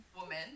woman